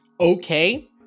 okay